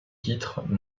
titre